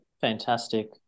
Fantastic